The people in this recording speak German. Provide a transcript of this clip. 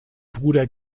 bruder